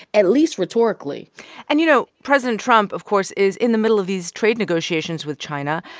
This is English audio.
at least rhetorically and, you know, president trump, of course, is in the middle of these trade negotiations with china.